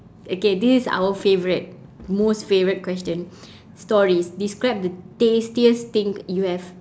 okay this our favourite most favourite question stories describe the tastiest thing you have